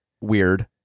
weird